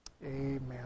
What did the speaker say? amen